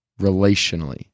relationally